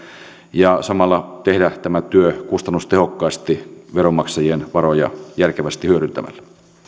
ja samalla tehdä tämä työ kustannustehokkaasti veronmaksajien varoja järkevästi hyödyntämällä